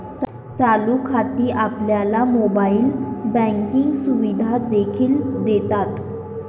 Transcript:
चालू खाती आपल्याला मोबाइल बँकिंग सुविधा देखील देतात